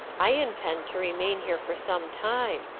i intend to remain here for some time.